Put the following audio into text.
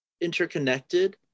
interconnected